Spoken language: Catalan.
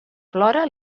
plora